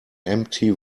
empty